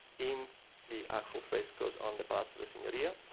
in the actual frescoes on the path to the signoria?